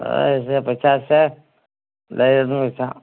ꯍꯩ ꯁꯦ ꯄꯩꯁꯥꯁꯦ ꯂꯩꯔꯦꯇꯨ ꯄꯩꯁꯥ